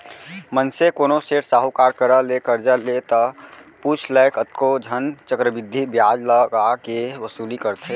मनसे कोनो सेठ साहूकार करा ले करजा ले ता पुछ लय कतको झन चक्रबृद्धि बियाज लगा के वसूली करथे